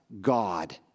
God